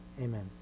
Amen